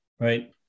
Right